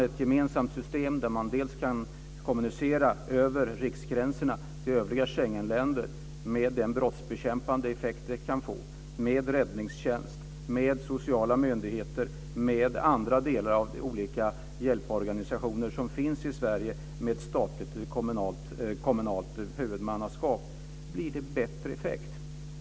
Ett gemensamt system där det dels går att kommunicera över riksgränserna till övriga Schengenländer, med den brottsbekämpande effekt det kan få, dels med räddningstjänst, sociala myndigheter, med andra hjälporganisationer med statligt eller kommunalt huvudmannaskap i Sverige, ger bättre effekt.